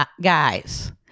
guys